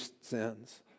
sins